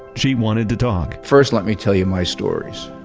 she wanted to talk first, let me tell you my stories.